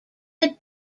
had